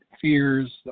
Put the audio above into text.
fears